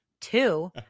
Two